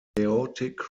chaotic